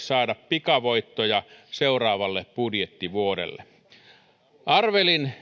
saada pikavoittoja seuraavalle budjettivuodelle arvelin